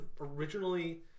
originally